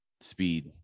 speed